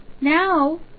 now